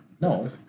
No